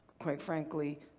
quite frankly,